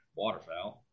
waterfowl